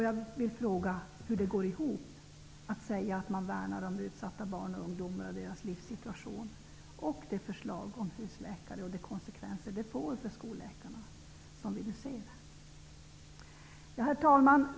Jag vill fråga hur det går ihop att säga att man värnar utsatta barn och ungdomar och deras livssituation och samtidigt lägga fram ett husläkarförslag som får de konsekvenser för skolläkarna vi nu ser. Herr talman!